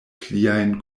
pliajn